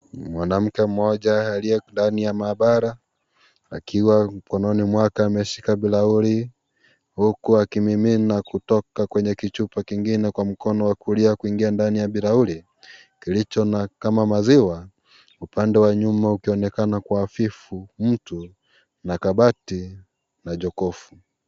Mwanamke mmoja aliye ndani ya maabara, akiwa mkononi mwake ameshika bilauli, huku akimimina kutoka kichupa kingine mkono wa kulia kuingia ndani ya bilauli, kilicho na kama maziwa, upande wa nyuma ukionekana kuwa hafifu mtu, na kabati, na jokofu.